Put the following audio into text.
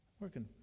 Working